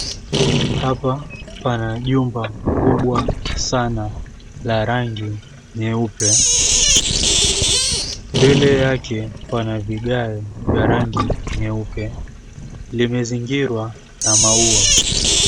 Hapa pana jumba kubwa sana la rangi nyeupe mbele yake pana vigae vya rangi nyeupe limezingirwa na maua.